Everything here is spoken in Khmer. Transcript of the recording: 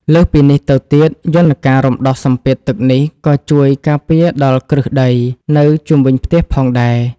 លើសពីនេះទៅទៀត យន្តការរំដោះសម្ពាធទឹកនេះក៏ជួយការពារដល់គ្រឹះដី នៅជុំវិញផ្ទះផងដែរ ។